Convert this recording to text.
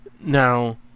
Now